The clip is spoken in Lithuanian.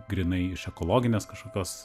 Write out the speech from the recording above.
grynai iš ekologinės kažkokios